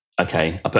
okay